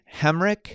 Hemrick